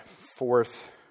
fourth